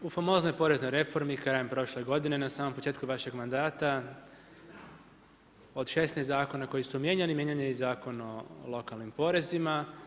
U famoznoj poreznoj reformi krajem prošle godine na samom početku vašeg mandata od 16 zakona koji su mijenjani, mijenjan je i Zakon o lokalnim porezima.